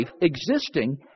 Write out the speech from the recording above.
existing